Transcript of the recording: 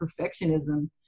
perfectionism